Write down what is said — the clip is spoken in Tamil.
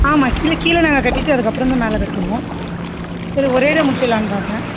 ஆமாம் இல்லை கீழே நாங்கள் கட்டிகிட்டு அதுக்கப்புறோம் தான் மேலே கட்டுவோம் சரி ஒரேயடியாக முடிச்சிடலாம்ன்னு பார்த்தேன்